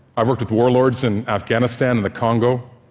i've worked with warlords in afghanistan and the congo,